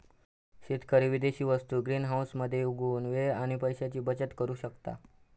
शेतकरी विदेशी वस्तु ग्रीनहाऊस मध्ये उगवुन वेळ आणि पैशाची बचत करु शकता